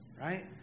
right